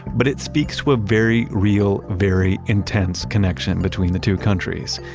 but it speaks to a very real, very intense connection between the two countries.